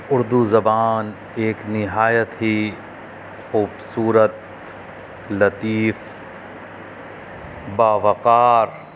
اردو زبان ایک نہایت ہی خوبصورت لطیف باوقار